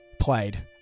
played